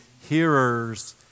hearers